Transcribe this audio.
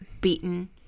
beaten